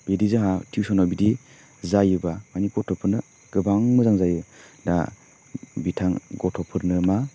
बिदि जोहा टिउसनाव बिदि जायोबा मानि गथ'फोदनो गोबां मोजां जायो दा बिथां गथ'फोरनो मा